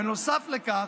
בנוסף לכך,